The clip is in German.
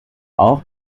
auch